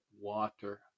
water